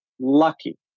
Lucky